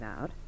out